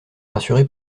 rassuré